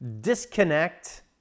disconnect